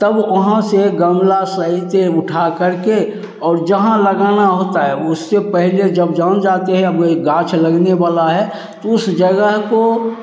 तब ओहाँ से गमला सहित उठा करके और जहाँ लगाना होता है उससे पहले जब जान जाते हैं अब वह गाछ लगने बाला है तो उस जगह को